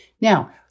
Now